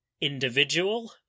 individual